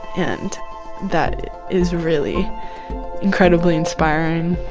and that is really incredibly inspiring